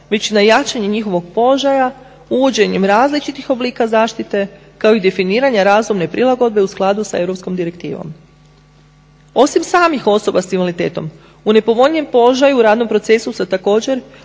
već na jačanje njihovog položaja uvođenjem različitih oblika zaštite kao i definiranja razumne prilagodbe u skladu sa Europskom direktivom. Osim samih osoba s invaliditetom u nepovoljnijem položaju u radnom procesu također